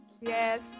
Yes